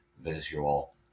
visual